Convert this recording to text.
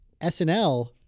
SNL